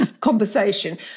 conversation